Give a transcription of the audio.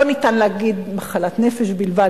לא ניתן להגיד שהיא מחלת נפש בלבד.